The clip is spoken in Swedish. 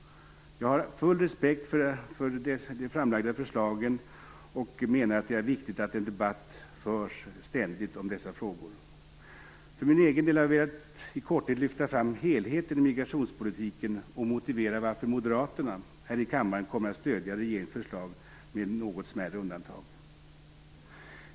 Jag har full respekt för de framlagda förslagen och menar att det är viktigt att debatten om dessa frågor ständigt förs. För egen del har jag velat i korthet lyfta fram helheten i migrationspolitiken och motivera varför moderaterna här i kammaren kommer att stödja regeringens förslag med några smärre undantag.